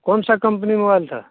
कौन सा company mobile था